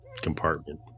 compartment